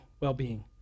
well-being